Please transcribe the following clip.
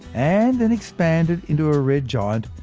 and then expanded into a red giant,